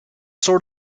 sort